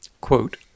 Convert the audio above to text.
quote